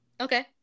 Okay